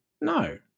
No